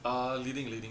uh leading leading